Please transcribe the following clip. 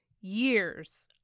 years